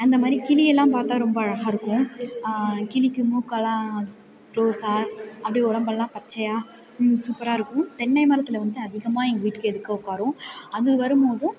அந்த மாதிரி கிளியெல்லாம் பார்த்தா ரொம்ப அழகாக இருக்கும் கிளிக்கு மூக்கெல்லாம் ரோசாக அப்படி உடம்பெல்லாம் பச்சையாக சூப்பராக இருக்கும் தென்னை மரத்தில் வந்து அதிகமாக எங்கள் வீட்டுக்கு எதிக்க உக்காரும் அது வரும்போதும்